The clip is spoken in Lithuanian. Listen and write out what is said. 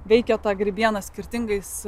veikė tą grybieną skirtingais